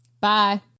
Bye